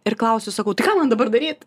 ir klausiu sakau tai ką man dabar daryt